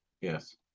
yes